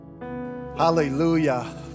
Hallelujah